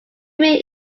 main